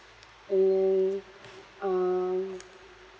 and then um